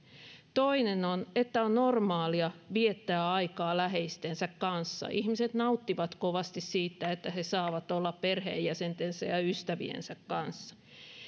toinen on että on normaalia viettää aikaa läheistensä kanssa ihmiset nauttivat kovasti siitä että he saavat olla perheenjäsentensä ja ystäviensä kanssa